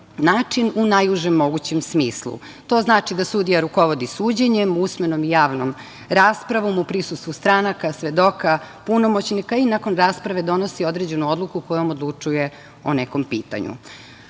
u najužem mogućem smislu. To znači da sudija rukovodi suđenjem, usmenom i javnom raspravom, u prisustvu stranaka, svedoka, punomoćnika i nakon rasprave donosi određenu odluku kojom odlučuje o nekom